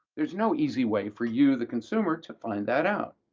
there's no easy way for you, the consumer, to find that out.